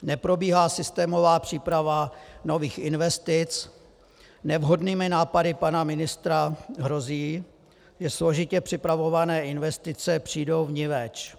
Neprobíhá systémová příprava nových investic, nevhodnými nápady pana ministra hrozí, že složitě připravované investice přijdou vniveč.